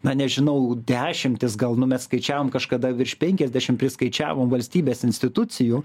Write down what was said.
na nežinau dešimtis gal nu mes skaičiavom kažkada virš penkiasdešim priskaičiavom valstybės institucijų